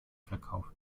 verkauft